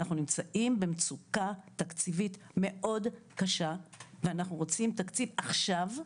אנחנו נמצאים במצוקה תקציבית מאוד קשה ואנחנו רוצים תקציב עכשיו,